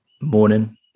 morning